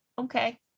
okay